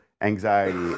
anxiety